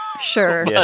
Sure